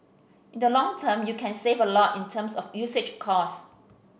in the long term you can save a lot in terms of usage cost